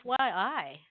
FYI